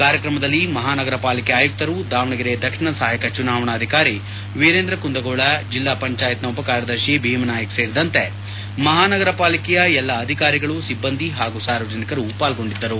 ಕಾರ್ಯಕ್ರಮದಲ್ಲಿ ಮಹಾನಗರ ಪಾಲಿಕೆ ಆಯುಕ್ತರು ದಾವಣಗೆರೆ ದಕ್ಷಿಣ ಸಹಾಯಕ ಚುನಾವಣಾಧಿಕಾರಿ ವಿರೇಂದ್ರ ಕುಂದಗೋಳ ಜಿಲ್ಲಾ ಪಂಚಾಯತ್ನ ಉಪಕಾರ್ಯದರ್ತಿ ಭೀಮನಾಯ್ ಸೇರಿದಂತೆ ಮಹಾನಗರಪಾಲಿಕೆಯ ಎಲ್ಲಾ ಅಧಿಕಾರಿಗಳು ಮತ್ತು ಸಿಬ್ಬಂದಿ ಹಾಗೂ ಸಾರ್ವಜನಿಕರು ಪಾಲ್ಗೊಂಡಿದ್ದರು